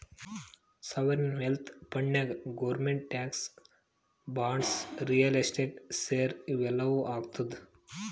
sovereign wealth ಫಂಡ್ನಾಗ್ government stocks, bonds, real estate, share ಇವು ಎಲ್ಲಾ ಹಾಕ್ತುದ್